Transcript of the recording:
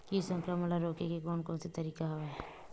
कीट संक्रमण ल रोके के कोन कोन तरीका हवय?